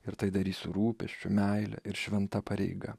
ir tai darys su rūpesčiu meile ir šventa pareiga